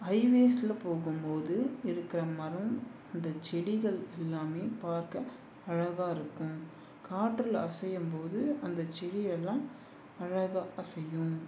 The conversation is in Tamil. ஹைவேஸில் போகும்போது இருக்கிற மரம் அந்த செடிகள் எல்லாமே பார்க்க அழகாக இருக்கும் காற்றில் அசையும்போது அந்த செடியெல்லாம் அழகாக அசையும்